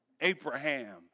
Abraham